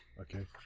Okay